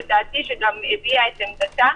שגם הביעה את עמדתה